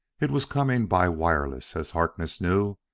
it was coming by wireless, as harkness knew,